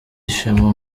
ishema